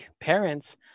parents